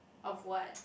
of what